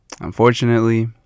unfortunately